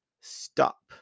stop